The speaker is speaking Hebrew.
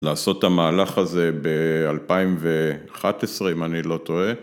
לעשות את המהלך הזה ב-2011, אם אני לא טועה.